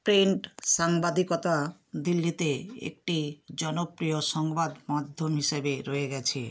print সাংবাদিকতা দিল্লিতে একটি জনপ্রিয় সংবাদ মাধ্যম হিসেবে রয়ে গেছে